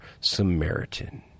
Samaritan